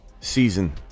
season